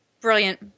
Brilliant